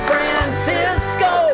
Francisco